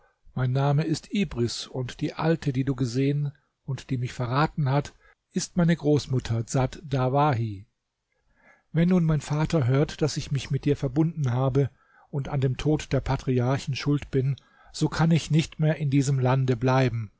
mein name ist ibris und die alte die du gesehen und die mich verraten hat ist meine großmutter dsat dawahi wenn nun mein vater hört daß ich mich mit dir verbunden habe und an dem tod der patriarchen schuld bin so kann ich nicht mehr in diesem land bleiben